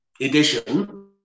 edition